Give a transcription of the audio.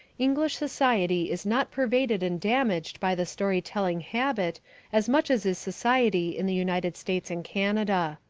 english society is not pervaded and damaged by the story-telling habit as much as is society in the united states and canada.